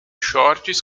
shorts